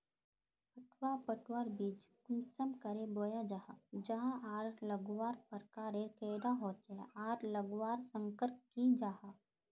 पटवा पटवार बीज कुंसम करे बोया जाहा जाहा आर लगवार प्रकारेर कैडा होचे आर लगवार संगकर की जाहा?